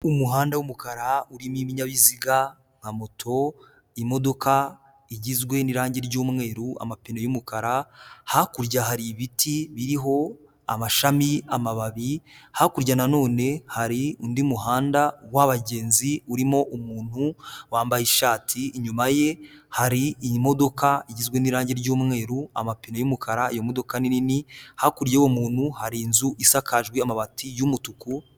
Umuhanda w'umukara urimo ibinyabiziga nka moto imodoka igizwe n'irangi ry'umweru amapine y'umukara hakurya hari ibiti biriho amashami amababi hakurya nanone hari undi muhanda w'abagenzi urimo umuntu wambaye ishati inyuma ye hari modoka igizwe n'irangi ry'umweru amapine y'umukara iyo modoka nini hakurya y'umuntu hari inzu isakaje amabati y'umutuku.